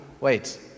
wait